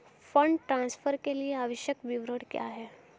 Fund transfer के लिए आवश्यक विवरण क्या हैं?